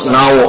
now